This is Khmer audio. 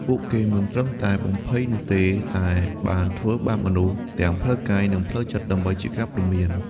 ពួកគេមិនត្រឹមតែបំភ័យនោះទេ តែបានធ្វើបាបមនុស្សទាំងផ្លូវកាយ និងផ្លូវចិត្តដើម្បីជាការព្រមាន។